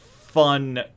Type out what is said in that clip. fun